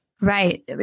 Right